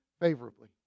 favorably